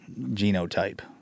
genotype